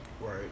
Right